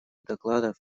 докладов